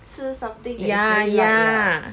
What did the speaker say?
吃 something that is very light lah